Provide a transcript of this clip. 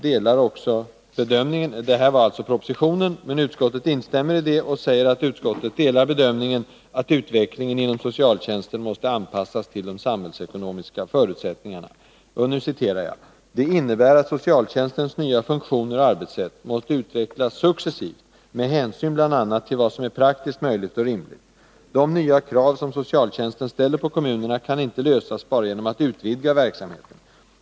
Denna mening var hämtad ur propositionen, men utskottet instämmer i den och säger: ”Utskottet delar också bedömningen att utvecklingen inom socialtjänsten måste anpassas till de samhällsekonomiska förutsättningarna. Detta innebär att socialtjänstens nya funktioner och arbetssätt måste utvecklas successivt med hänsyn bl.a. till vad som är praktiskt möjligt och rimligt. De nya krav som socialtjänsten ställer på kommunerna kan inte lösas bara genom att utvidga verksamheten.